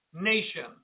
nation